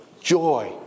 joy